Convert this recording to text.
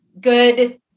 good